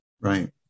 Right